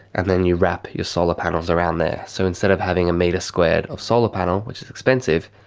and then you wrap your solar panels around there. so instead of having a metre-squared of solar panel, which is expensive,